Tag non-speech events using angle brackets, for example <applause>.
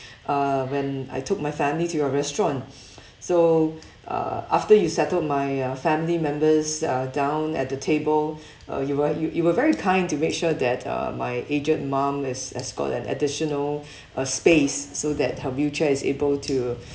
<breath> uh when I took my family to your restaurant <breath> so uh after you settled my uh family members uh down at the table uh you were you were very kind to make sure that uh my aged mum has has got an additional uh space so that her wheelchair is able to